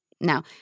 Now